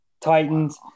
Titans